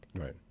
Right